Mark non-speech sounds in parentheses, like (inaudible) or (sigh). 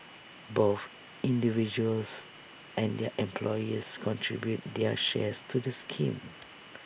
both individuals and their employers contribute their shares to the scheme (noise)